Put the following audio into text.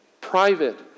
private